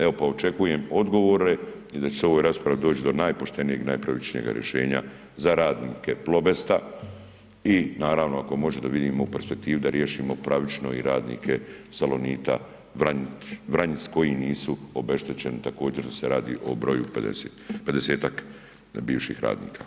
Evo pa očekujem odgovore i da će se o ovoj raspravi doći do najpoštenijeg i najpravičnijeg rješenja za radnike „Plobesta“ i naravno ako može da vidimo u perspektivi da riješimo pravično i radnike „Salonita“ Vranjic koji nisu obeštećeni također se radi o broju 50-ak bivših radnika.